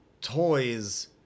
toys